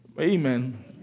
Amen